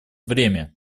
время